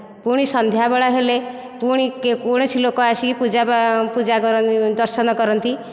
ପୁଣି ସନ୍ଧ୍ୟାବେଳା ହେଲେ ପୁଣି କୌଣସି ଲୋକ ଆସିକି ପୂଜା ପୂଜା ପୂଜା ଦର୍ଶନ କରନ୍ତି